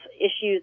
issues